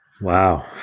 Wow